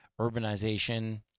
urbanization